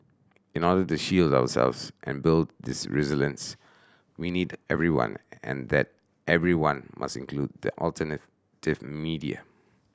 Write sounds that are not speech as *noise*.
in order the shield ourselves and build this resilience we need everyone and that everyone must include the *unintelligible* media